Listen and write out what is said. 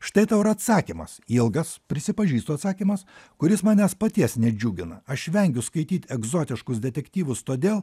štai tau ir atsakymas ilgas prisipažįstu atsakymas kuris manęs paties nedžiugina aš vengiu skaityt egzotiškus detektyvus todėl